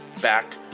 back